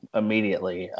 immediately